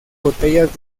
botellas